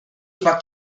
juba